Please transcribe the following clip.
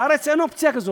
בארץ אין אופציה כזו.